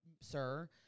sir